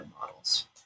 models